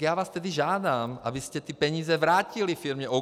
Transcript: Já vás tedy žádám, abyste ty peníze vrátili firmě OKD.